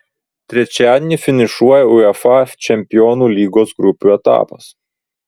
trečiadienį finišuoja uefa čempionų lygos grupių etapas